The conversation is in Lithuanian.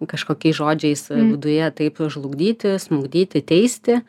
kažkokiais žodžiais viduje taip žlugdyti smugdyti teisti